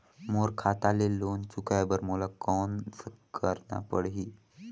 मोर खाता ले लोन चुकाय बर मोला कौन करना पड़ही?